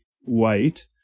white